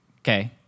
okay